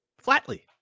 Flatly